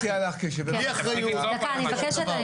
דקה, אני מבקשת.